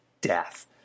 death